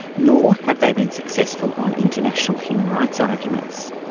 nor have they been successful on international human rights arguments.